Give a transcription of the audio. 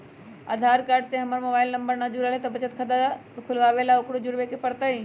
आधार card से हमर mobile number न जुरल है त बचत खाता खुलवा ला उकरो जुड़बे के पड़तई?